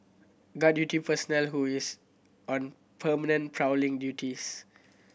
guard duty personnel who is on permanent prowling duties